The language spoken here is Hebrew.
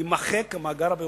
יימחק המאגר הביומטרי.